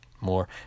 more